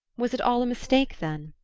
was it all a mistake then?